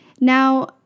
Now